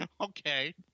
okay